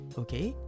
okay